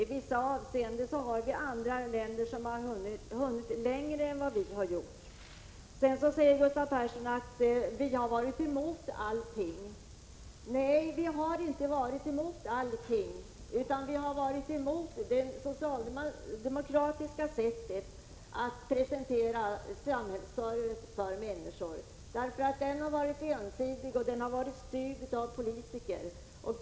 I vissa avseenden har andra länder hunnit längre än Sverige. Gustav Persson säger att vi har varit emot allting. Nej, det har vi inte varit. Vi har varit emot det socialdemokratiska sättet att presentera samhällsservice för människorna — ensidigt och styrt av politikerna.